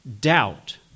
doubt